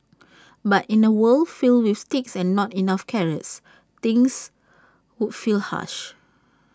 but in A world filled with sticks and not enough carrots things would feel harsh